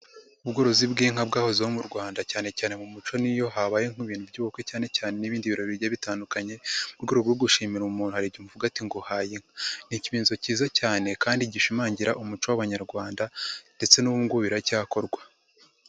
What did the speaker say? Ubworozi bw'inka bwahozeho mu Rwanda cyane cyane mu muco n'iyo habayeho nk'ibintu by'ubukwe cyane cyane n'ibindi birori bigiye bitandukanye mu rwego rwo gushimira umuntu hari igihe uvuga ati: "Nguhaye inka". Ni ikimenyetso kiza cyane kandi gishimangira umuco w'Abanyarwanda ndetse n'ubu ngubu biracyakorwa.